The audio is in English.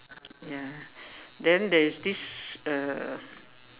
ya then there's this uh